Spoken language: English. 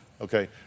Okay